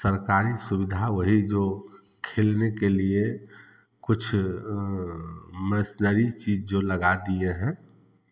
सरकारी सुविधा वही जो खेलने के लिए कुछ मसनरी चीज़ जो लगा दिए हैं